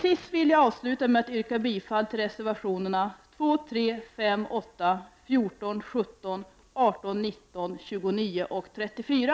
Jag vill avslutningsvis yrka bifall till reservationerna 2, 3, 5, 8, 14, 17, 18, 19, 29 och 34.